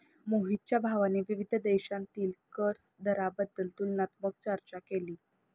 मोहितच्या भावाने विविध देशांतील कर दराबाबत तुलनात्मक चर्चा केली